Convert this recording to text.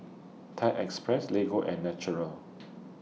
Thai Express Lego and Naturel